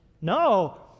No